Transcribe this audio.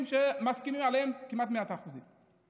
ואנו מסכימים עליהם כמעט במאת האחוזים.